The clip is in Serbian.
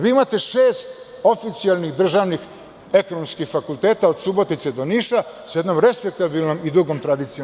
Vi imate šest oficijelnih državnih ekonomskih fakulteta od Subotice do Niša, sa jednom respektabilnom i dugom tradicijom.